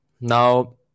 now